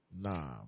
Nah